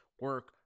Work